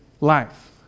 life